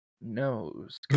knows